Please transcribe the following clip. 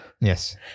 Yes